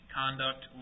conduct